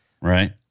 Right